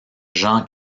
jean